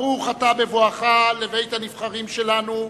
ברוך אתה בבואך לבית-הנבחרים שלנו,